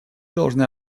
должны